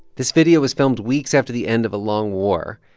this video was filmed weeks after the end of a long war,